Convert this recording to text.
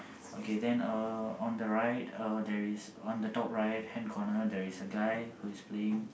okay then uh on the right uh there is on the top right hand corner there is a guy who is playing